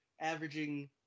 averaging